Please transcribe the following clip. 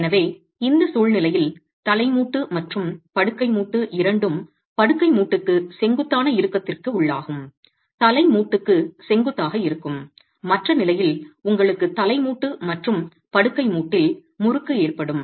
எனவே இந்த சூழ்நிலையில் தலை மூட்டு மற்றும் படுக்கை மூட்டு இரண்டும் படுக்கை மூட்டுக்கு செங்குத்தான இறுக்கத்திற்கு உள்ளாகும் தலை மூட்டுக்கு செங்குத்தாக இருக்கும் மற்ற நிலையில் உங்களுக்கு தலை மூட்டு மற்றும் படுக்கை மூட்டில் முறுக்கு ஏற்படும்